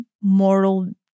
mortal